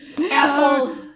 assholes